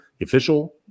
official